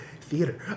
theater